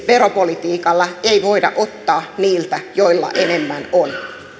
veropolitiikalla ei voida ottaa niiltä joilla enemmän on